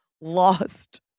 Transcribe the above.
lost